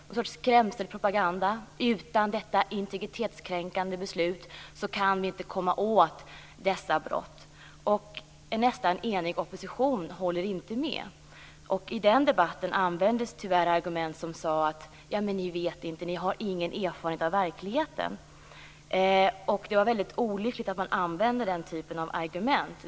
Det är en slags skrämselpropaganda; utan detta integritetskränkande beslut kan vi inte komma åt dessa brott. En nästan enig opposition håller inte med. I den debatten användes tyvärr argument som sade: Ni vet inte. Ni har ingen erfarenhet av verkligheten. Det var väldigt olyckligt att man använde den typen av argument.